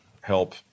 help